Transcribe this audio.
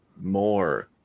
more